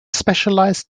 specialized